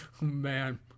man